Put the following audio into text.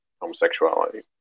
homosexuality